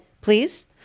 please